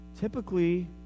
typically